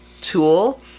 tool